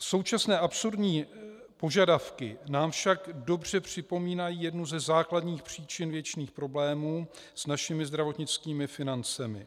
Současné absurdní požadavky nám však dobře připomínají jednu ze základních příčin věčných problémů s našimi zdravotnickými financemi.